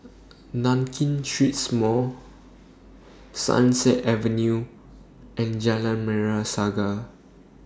Nankin Street Mall Sunset Avenue and Jalan Merah Saga